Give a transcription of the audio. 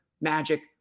Magic